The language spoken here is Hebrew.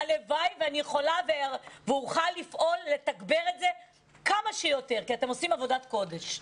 הלוואי ואוכל לפעול לתגבר את זה כמה שיותר כי אתם עושים עבודת קודש.